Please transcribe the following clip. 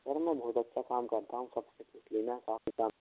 sir मैं बहुत अच्छा काम करता हूँ सबसे पूछ लेना काफ़ी कम